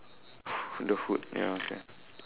the food ya okay